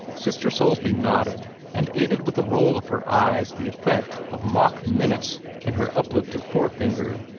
sister soulsby nodded, and aided with a roll of her eyes the effect of mock-menace in her uplifted forefinger.